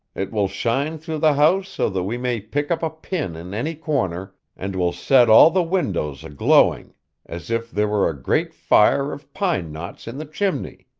it will shine through the house so that we may pick up a pin in any corner, and will set all the windows aglowing as if there were a great fire of pine knots in the chimney.